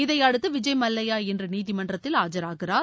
இதையடுத்து விஜய் மல்லையா இன்று நீதிமன்றத்தில் ஆஜராகிறார்